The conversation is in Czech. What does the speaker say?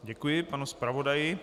Děkuji panu zpravodaji.